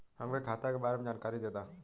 हमके खाता के बारे में जानकारी देदा?